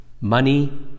money